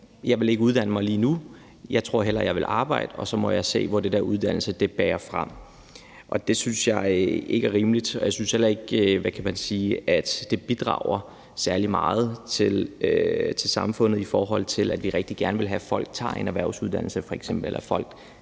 Jeg vil ikke uddanne mig lige nu, jeg tror hellere, jeg vil arbejde, og så må jeg se, hvor det bærer hen med det der med uddannelse. Det synes jeg ikke er rimeligt, og jeg synes heller ikke, at det bidrager særlig meget til samfundet, i forhold til at vi rigtig gerne vil have, at folk tager f.eks. en erhvervsuddannelse, eller at folk